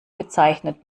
bezeichnet